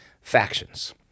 factions